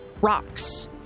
rocks